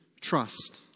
Trust